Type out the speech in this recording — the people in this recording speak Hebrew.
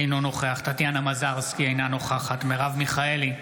אינו נוכח טטיאנה מזרסקי, אינה נוכחת מרב מיכאלי,